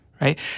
Right